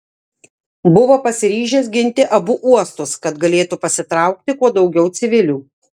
buvo pasiryžęs ginti abu uostus kad galėtų pasitraukti kuo daugiau civilių